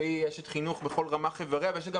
שהיא אשת חינוך בכל רמ"ח אבריה ויש לה גם